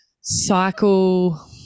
cycle